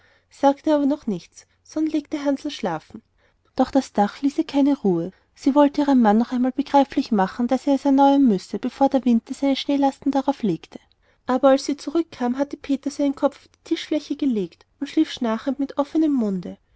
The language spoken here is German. sagte aber noch nichts sondern legte hansl schlafen doch das dach ließ ihr keine ruhe sie wollte ihrem mann noch einmal begreiflich machen daß er es erneuern müsse bevor der winter seine schneelasten darauf legte aber als sie zurückkam hatte peter seinen kopf auf die tischfläche gelegt und schlief schnarchend mit offenem munde